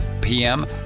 PM